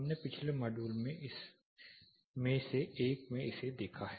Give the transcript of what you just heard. हमने पिछले मॉड्यूल में से एक में इसे देखा है